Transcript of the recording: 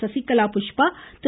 Sasikala Pushpa Thiru